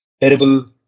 terrible